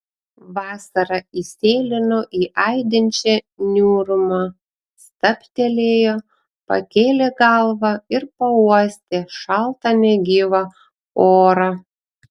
vasara įsėlino į aidinčią niūrumą stabtelėjo pakėlė galvą ir pauostė šaltą negyvą orą